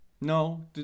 No